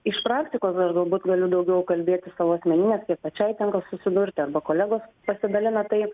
iš praktikos aš galbūt galiu daugiau kalbėti savo asmeninės pačiai tenka susidurti arba kolegos pasidalina tai